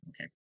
okay